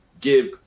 give